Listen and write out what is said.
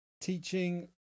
teaching